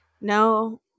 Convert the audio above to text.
No